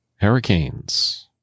hurricanes